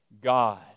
God